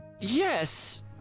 Yes